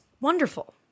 wonderful